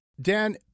Dan